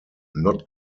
not